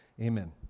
Amen